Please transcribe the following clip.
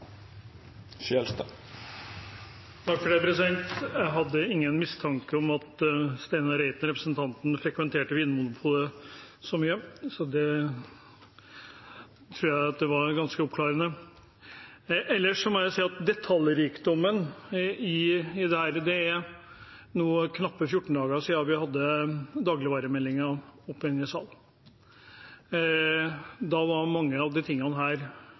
Jeg hadde ingen mistanker om at representanten Steinar Reiten frekventerte Vinmonopolet så mye, men jeg tror det var ganske oppklarende. Ellers må jeg si noe om detaljrikdommen i dette. Det er nå 14 dager siden vi hadde dagligvaremeldingen til behandling i denne salen. Da ble mange av disse tingene